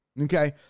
okay